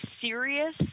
serious